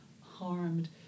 harmed